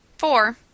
Four